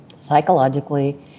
psychologically